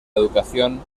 educación